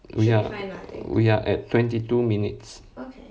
we are we are at twenty two minutes